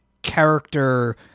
character